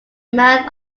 mouth